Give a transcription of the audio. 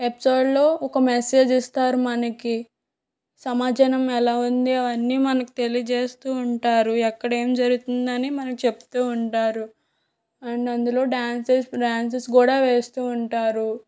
ఎపిసోడ్లో ఒక మెసేజ్ ఇస్తారు మనకి సమాజం ఎలా ఉంది అవన్నీ మనకు తెలియజేస్తూ ఉంటారు ఎక్కడ ఏం జరుగుతుందని మనకు చెబుతూ ఉంటారు అండ్ అందులో డ్యాన్సర్స్ డ్యాన్సస్ కూడా వేస్తూ ఉంటారు